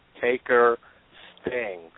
Taker-Sting